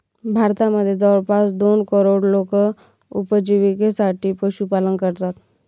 भारतामध्ये जवळपास दोन करोड लोक उपजिविकेसाठी पशुपालन करतात